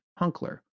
Hunkler